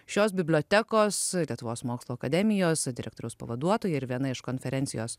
šios bibliotekos lietuvos mokslų akademijos direktoriaus pavaduotoja ir viena iš konferencijos